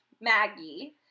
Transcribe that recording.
Maggie